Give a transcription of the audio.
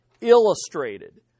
illustrated